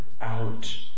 out